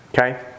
okay